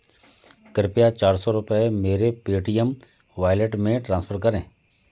कृपया चार सौ रुपये मेरे पेटीएम वायलेट में ट्रांसफर करें